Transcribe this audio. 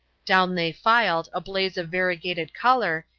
down they filed, a blaze of variegated color,